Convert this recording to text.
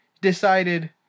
decided